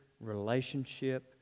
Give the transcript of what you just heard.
relationship